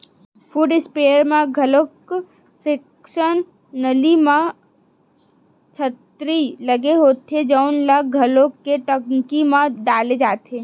foot spare म घलो section नली म छन्नी लगे होथे जउन ल घोर के टंकी म डाले जाथे